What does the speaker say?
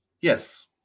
Yes